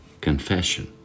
Confession